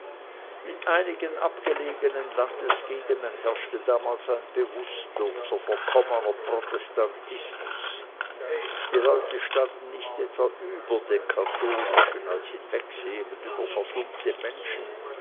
in einigen abgelegenen landesgegenden herrschte damals ein bewußtloser verkommener protestantismus die landleute standen nicht etwa über den katholischen als hinwegsehend über verdummte menschen